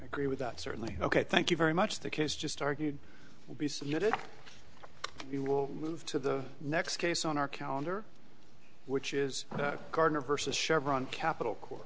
agree with that certainly ok thank you very much the kids just argued will be submitted we will move to the next case on our calendar which is gardner versus chevron capital